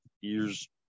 years